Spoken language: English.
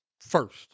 first